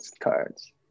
cards